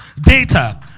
data